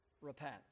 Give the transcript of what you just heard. repent